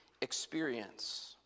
experience